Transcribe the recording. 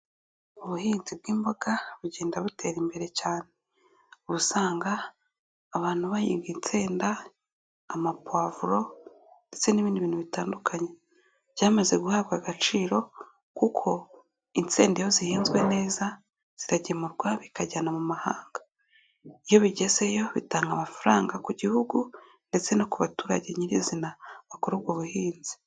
Ubuhinzi bw'imboga bugenda butera imbere cyane, uba usanga abantu bahiga insenda, amapavuro ndetse n'ibindi bintu bitandukanye, byamaze guhabwa agaciro kuko insede iyo zihinzwe neza ziragemurwa bikajyanwa mu mahanga, iyo bigezeyo bitanga amafaranga ku gihugu ndetse no ku baturage nyirizina bakora ubwo buhinzi.